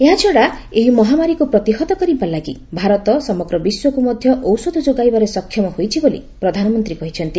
ଏହାଛଡ଼ା ଏହି ମହାମାରୀକୁ ପ୍ରତିହତ କରିବା ଲାଗି ଭାରତ ସମଗ୍ର ବିଶ୍ୱକୁ ମଧ୍ୟ ଔଷଧ ଯୋଗାଇବାରେ ସକ୍ଷମ ହୋଇଛି ବୋଲି ପ୍ରଧାନମନ୍ତ୍ରୀ କହିଛନ୍ତି